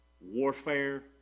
warfare